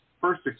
first